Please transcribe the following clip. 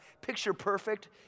picture-perfect